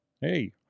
hey